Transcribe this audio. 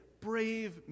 brave